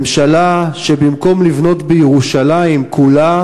ממשלה שבמקום לבנות בירושלים כולה